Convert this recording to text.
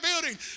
building